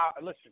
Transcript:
Listen